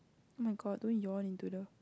oh-my-god don't yawn into the